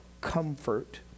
comfort